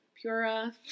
Pura